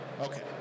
Okay